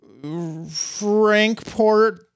Frankport